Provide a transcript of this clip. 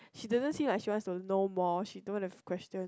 she doesn't seem like she wants to know more she don't want to question